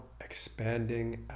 expanding